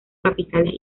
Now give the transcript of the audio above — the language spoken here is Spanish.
capitales